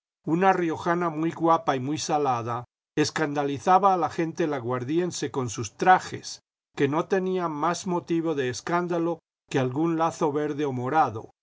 una riojana muy guapa y muy salada escandalizaba a la gente laguardiensc con sus trajes que no tenían más motivo de escándalo que algún lazo verde o morado